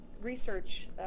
research